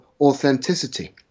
authenticity